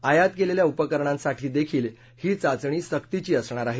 आयात केलेल्या उपकरणांसाठी देखील ही चाचणी सक्तीची असणार आहे